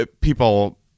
people